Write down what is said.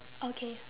okay